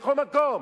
בכל מקום,